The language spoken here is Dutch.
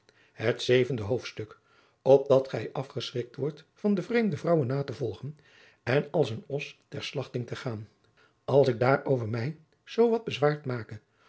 het zevende hoofdstuk opdat gij afgeschrikt wordt van de vreemde vrouwen na te volgen en als een os ter slagting te gaan als ik daarover mij zoo wat bezwaard make